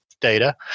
data